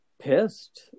pissed